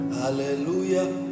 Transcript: hallelujah